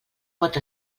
pot